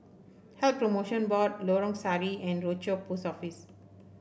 Health Promotion Board Lorong Sari and Rochor Post Office